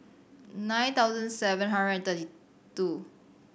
nine thousand seven hundred and thirty two